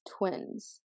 twins